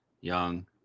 Young